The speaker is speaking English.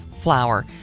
flour